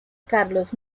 carlos